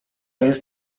jest